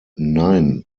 nein